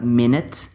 minute